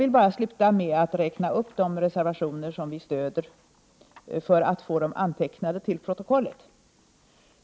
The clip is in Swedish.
Till sist vill jag bara räkna upp de reservationer som vi stöder, för att få dem antecknade till protokollet.